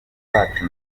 bacu